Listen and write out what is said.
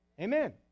Amen